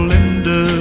Linda